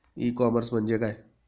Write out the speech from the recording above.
E commerce म्हणजे काय?